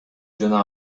жана